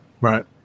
Right